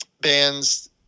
bands